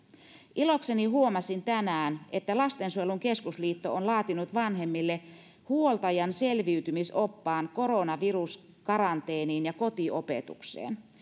ilokseni huomasin tänään että lastensuojelun keskusliitto on laatinut vanhemmille huoltajan selviytymisoppaan koronaviruskaranteeniin ja kotiopetukseen